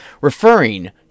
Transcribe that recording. Referring